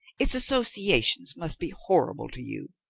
its associations must be horrible to you.